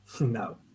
No